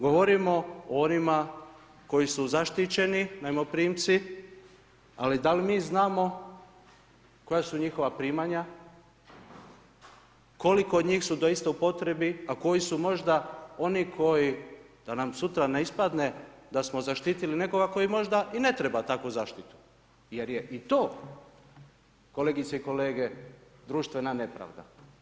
Govorimo o onima koji su zaštićeni najmoprimci ali da li mi znamo koja su njihova primanja, koliko od njih su doista u upotrebi, a koji su možda oni koji da nam sutra ne ispadne da smo zaštitili nekoga tko možda i ne treba takvu zaštitu jer je i to kolegice i kolege, društvena nepravda.